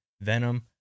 Venom